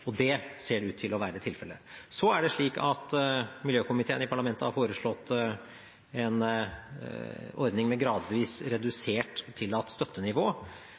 Og det ser ut til å være tilfellet. Miljøkomiteen har i parlamentet foreslått at en ordning med gradvis redusert tillatt støttenivå